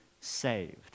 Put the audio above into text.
saved